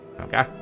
Okay